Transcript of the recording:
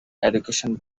education